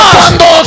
cuando